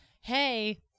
hey